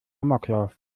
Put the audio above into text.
amoklauf